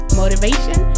motivation